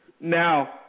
Now